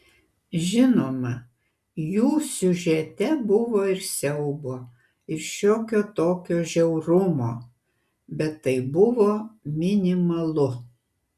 žinoma jų siužete buvo ir siaubo ir šiokio tokio žiaurumo bet tai buvo minimalu